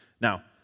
Now